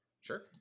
sure